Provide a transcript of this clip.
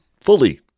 fully